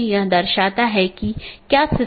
यह open update अधिसूचना और जीवित इत्यादि हैं